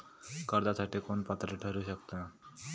कर्जासाठी कोण पात्र ठरु शकता?